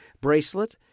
bracelet